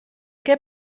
què